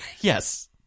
Yes